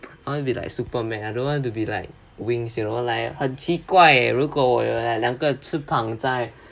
I want to be like superman I don't want to be like wings you know like 很奇怪 eh 如果有两个翅膀在